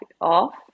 off